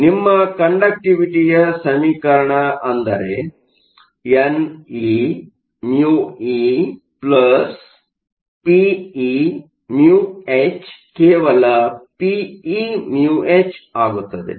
ಆದ್ದರಿಂದನಿಮ್ಮ ಕಂಡಕ್ಟಿವಿಟಿಯ ಸಮೀಕರಣ ಅಂದರೆ ne μepeμh ಕೇವಲ peμh ಆಗುತ್ತದೆ